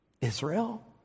Israel